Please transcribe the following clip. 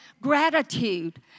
gratitude